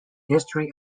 history